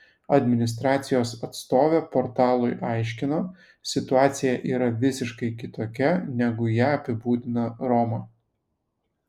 administracijos atstovė portalui aiškino situacija yra visiškai kitokia negu ją apibūdina roma